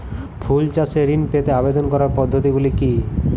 ফুল চাষে ঋণ পেতে আবেদন করার পদ্ধতিগুলি কী?